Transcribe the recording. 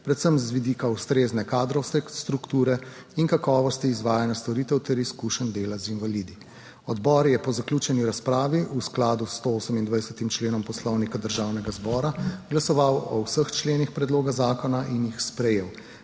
predvsem z vidika ustrezne kadrovske strukture in kakovosti izvajanja storitev ter izkušenj dela z invalidi. Odbor je po zaključeni razpravi v skladu s 128. členom Poslovnika Državnega zbora glasoval o vseh členih predloga zakona in jih sprejel.